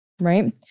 Right